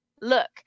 look